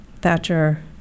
Thatcher